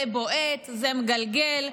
זה בועט, זה מגלגל.